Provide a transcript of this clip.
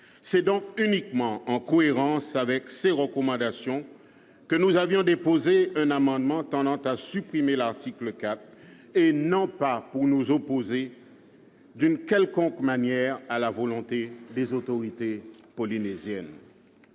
C'est donc uniquement par cohérence avec ces recommandations que nous avions déposé un amendement tendant à supprimer l'article 4, et non pour nous opposer d'une quelconque manière à la volonté des autorités polynésiennes.